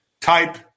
type